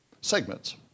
segments